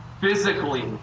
physically